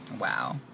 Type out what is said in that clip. wow